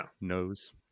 Nose